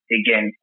again